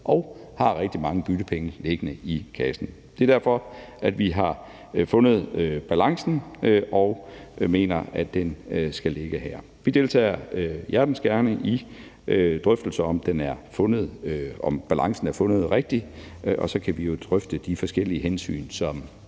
og har rigtig mange byttepenge liggende i kassen. Det er derfor, vi har fundet balancen og mener, at den skal ligge her. Vi deltager hjertens gerne i drøftelser om, om balancen er fundet det rigtige sted, og så kan vi jo drøfte de forskellige hensyn, som